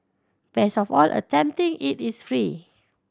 best of all attempting it is free